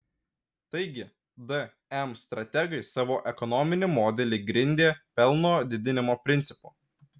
taigi dm strategai savo ekonominį modelį grindė pelno didinimo principu